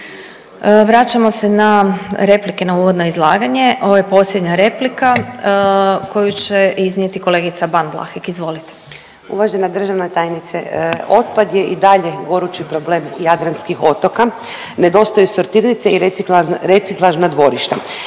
Vraćamo se na replike na uvodno izlaganje. Ovo je posljednja replika koju će iznijeti kolegica Ban Vlahek. Izvolite. **Ban, Boška (SDP)** Uvažena državna tajnice. Otpad je i dalje gorući problem jadranskih otoka. Nedostaju sortirnice i reciklažna dvorišta.